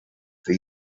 for